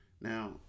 Now